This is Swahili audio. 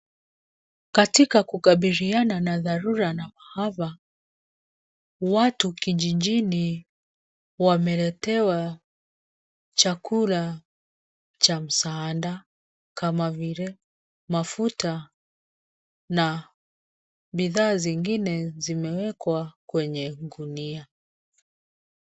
Katika kukabiliana na dharura na maafa, watu kijijini wameletewa chakula cha msaada kama vile mafuta na bidhaa zingine zimewekwa kwenye gunia.